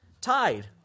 tied